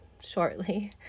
shortly